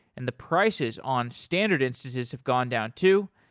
and the prices on standard instances have gone down too.